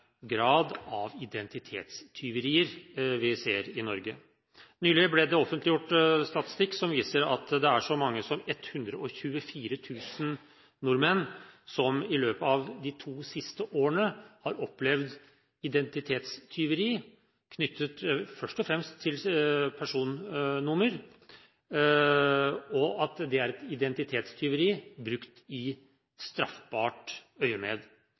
grad av identitetstyverier vi ser i Norge. Nylig ble det offentliggjort statistikk som viser at det er så mange som 124 000 nordmenn som i løpet av de to siste årene har opplevd identitetstyveri knyttet først og fremst til personnummer, og det er identitetstyveri brukt i straffbart øyemed.